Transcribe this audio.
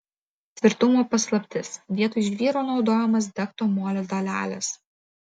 tvirtumo paslaptis vietoj žvyro naudojamos degto molio dalelės